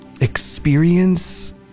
experience